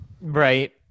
Right